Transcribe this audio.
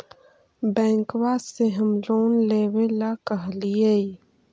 बैंकवा से हम लोन लेवेल कहलिऐ?